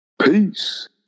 Peace